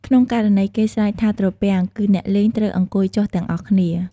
ក្នុងករណី គេស្រែកថា ត្រពាំង គឺអ្នកលេងត្រូវអង្គុយចុះទាំងអស់គ្នា។